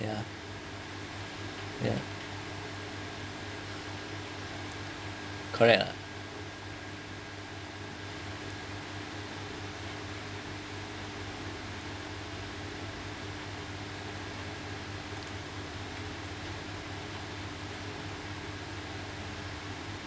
ya ya correct lah